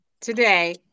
Today